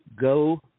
go